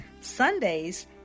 Sundays